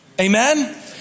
Amen